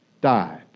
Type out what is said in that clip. died